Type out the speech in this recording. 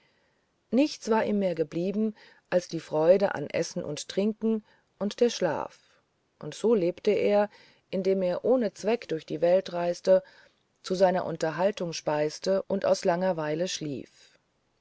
nichts war ihm mehr geblieben als die freude an essen und trinken und der schlaf und so lebte er indem er ohne zweck durch die welt reiste zu seiner unterhaltung speiste und aus langerweile schlief